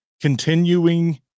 continuing